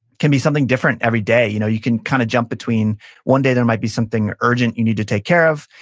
can be something different every day. you know you can kind of jump between one day, there might be something urgent you need to take care of,